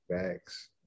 Thanks